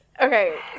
Okay